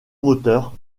moteurs